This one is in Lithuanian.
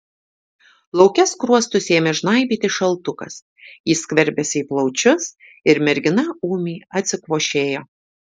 lauke skruostus ėmė žnaibyti šaltukas jis skverbėsi į plaučius ir mergina ūmiai atsikvošėjo